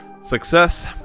success